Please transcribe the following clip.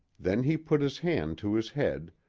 then he put his hand to his head,